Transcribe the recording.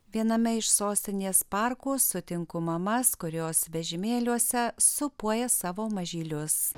viename iš sostinės parkų sutinku mamas kurios vežimėliuose sūpuoja savo mažylius